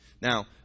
Now